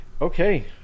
Okay